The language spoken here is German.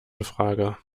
infrage